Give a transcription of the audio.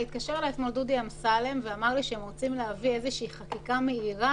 התקשר אליי אתמול דודי אמסלם ואמר לי שהם רוצים להביא חקיקה מהירה,